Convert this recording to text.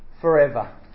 forever